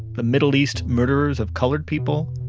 the middle east murderers of colored people,